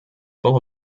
full